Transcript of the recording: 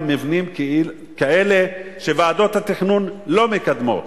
מבנים כאלה שוועדות התכנון לא מקדמות.